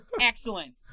Excellent